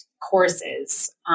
courses